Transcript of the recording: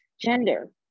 gender